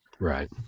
Right